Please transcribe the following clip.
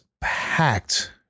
packed